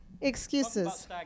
Excuses